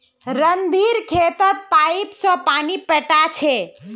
रणधीर खेतत पाईप स पानी पैटा छ